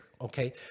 okay